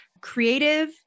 creative